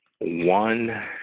one